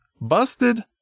busted